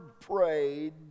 prayed